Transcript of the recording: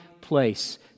place